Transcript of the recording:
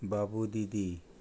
बाबू दीदी